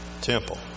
temple